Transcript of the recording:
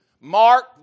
mark